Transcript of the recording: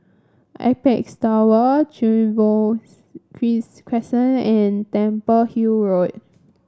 Apex Tower Trevose crease Crescent and Temple Hill Road